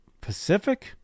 Pacific